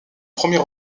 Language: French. premier